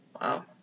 Wow